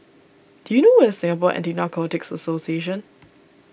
do you know where is Singapore Anti Narcotics Association